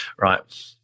right